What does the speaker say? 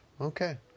Okay